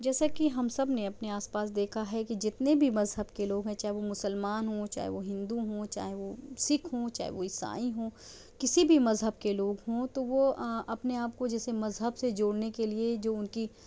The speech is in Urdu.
جیسا کہ ہم سب نے اپنے آس پاس دیکھا ہے کہ جتنے بھی مذہب کے لوگ ہیں چاہے وہ مسلمان ہوں چاہے وہ ہندو ہوں چاہے وہ سکھ ہوں چاہے وہ عیسائی ہوں کسی بھی مذہب کے لوگ ہوں تو وہ اپنے آپ کو جیسے مذہب سے جوڑنے کے لیے جو ان کی